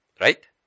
Right